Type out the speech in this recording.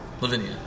Lavinia